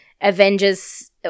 Avengers